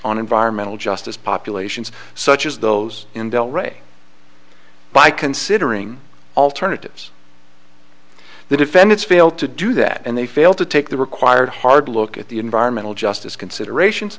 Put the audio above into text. on environmental justice populations such as those in del ray by considering alternatives the defendants failed to do that and they failed to take the required hard look at the environmental justice considerations